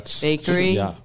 Bakery